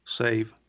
save